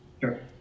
Sure